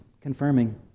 confirming